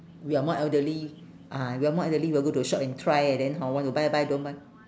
we are more elderly ah we are more elderly we all go to the shop and try and then hor want to buy buy don't buy